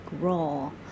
role